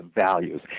values